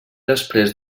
després